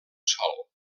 sòl